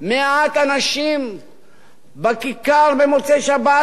מעט אנשים בכיכר במוצאי-שבת,